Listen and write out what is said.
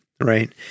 right